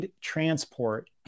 transport